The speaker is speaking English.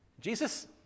jesus